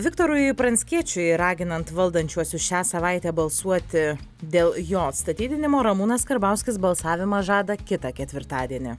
viktorui pranckiečiui raginant valdančiuosius šią savaitę balsuoti dėl jo atstatydinimo ramūnas karbauskis balsavimą žada kitą ketvirtadienį